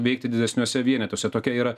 veikti didesniuose vienetuose tokia yra